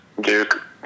Duke